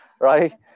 Right